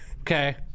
Okay